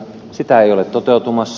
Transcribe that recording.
se ei ole toteutumassa